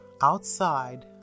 outside